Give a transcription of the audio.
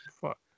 fuck